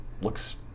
looks